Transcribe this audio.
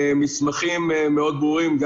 מסמכים מאוד ברורים.